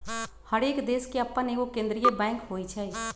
हरेक देश के अप्पन एगो केंद्रीय बैंक होइ छइ